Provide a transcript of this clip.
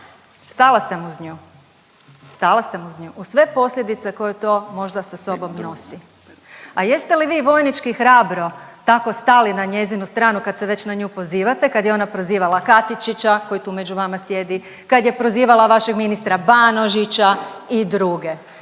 Stala sam uz nju, uz sve posljedice koje to možda sa sobom nosi. A jeste li vojnički hrabro tako stali na njezinu stranu, kad se već na nju pozivate, kad je ona prozivala Katičića, koji tu među vama sjedi, kad je prozivala vašeg ministra Banožića i druge.